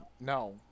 no